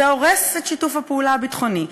זה הורס את שיתוף הפעולה הביטחוני,